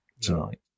tonight